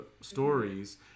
stories